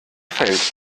fällt